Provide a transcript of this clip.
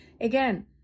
again